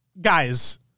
guys